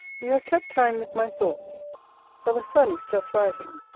you have kept time with my thoughts for the sun is just rising,